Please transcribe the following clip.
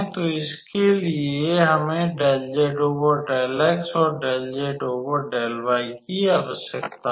तो इसके लिए हमें 𝜕𝑧𝜕𝑥 और 𝜕𝑧𝜕𝑦 की आवश्यकता है